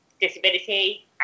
disability